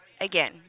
Again